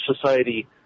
Society